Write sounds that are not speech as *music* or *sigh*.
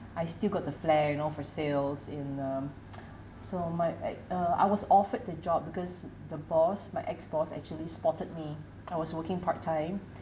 I still got the flare you know for sales in uh *noise* so my err uh I was offered the job because the boss my ex-boss actually spotted me I was working part time